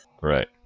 Right